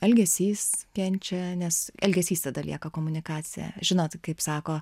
elgesys kenčia nes elgesys tada lieka komunikacija žinot kaip sako